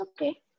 okay